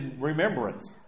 remembrance